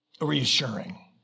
reassuring